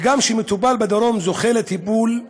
וגם כשמטופל בדרום זוכה לטיפול,